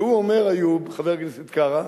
והוא אומר, איוב, חבר הכנסת קרא,